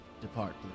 Depart